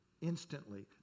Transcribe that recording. Instantly